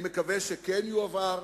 אני מקווה שהנושא כן יועבר,